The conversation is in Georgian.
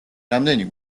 რამდენი